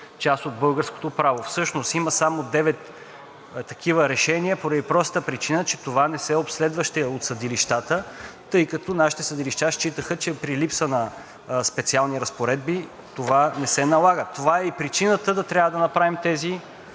част от българското право. Всъщност има само девет такива решения поради простата причина, че това не се обследваше от съдилищата, тъй като нашите съдилища считаха, че при липса на специални разпоредби това не се налага. Това е и причината да трябва да направим тези